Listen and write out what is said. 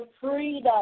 freedom